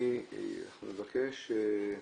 ניסינו למצוא במהלך השנים